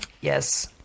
yes